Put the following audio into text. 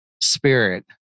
spirit